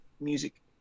music